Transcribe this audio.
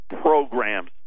programs